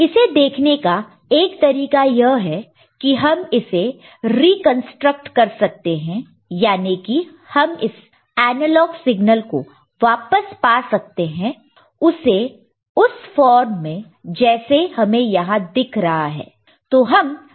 इसे देखने का एक तरीका यह है कि हम इसे रिकंस्ट्रक्ट कर सकते हैं यानी कि हम इस एनालॉग सिग्नल को वापस पा सकते हैं उसे फॉर्म में जैसे हमें यहां दिख रहा है